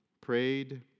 prayed